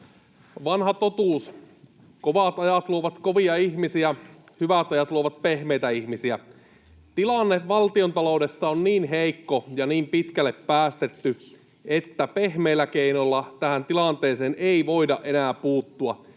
Vanha totuus: kovat ajat luovat kovia ihmisiä, hyvät ajat luovat pehmeitä ihmisiä. Tilanne valtiontaloudessa on niin heikko ja niin pitkälle päästetty, että pehmeillä keinoilla tähän tilanteeseen ei voida enää puuttua.